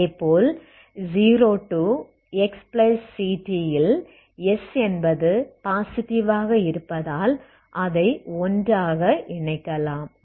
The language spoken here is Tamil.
இதேபோல் 0 xct ல் s இன்னும் பாசிட்டிவ் ஆக இருப்பதால் அதை ஒன்றாக இணைக்கலாம்